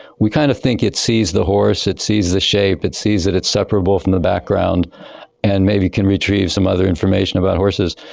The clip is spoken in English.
we kind of think it sees the horse, it sees the shape, it sees that it's separable from the background and maybe can retrieve some other information about horses,